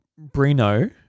brino